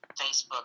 Facebook